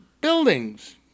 buildings